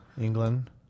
England